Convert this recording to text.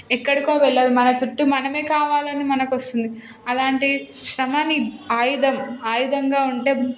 ఎక్కడికో వెళ్ళదు మన చుట్టూ మనమే కావాలని మనకి వస్తుంది అలాంటి శ్రమ నీ ఆయుధం ఆయుధంగా ఉంటే